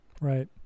right